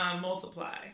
multiply